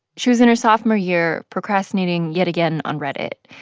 she was in her sophomore year procrastinating yet again on reddit.